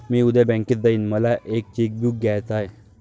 मी उद्या बँकेत जाईन मला एक चेक बुक घ्यायच आहे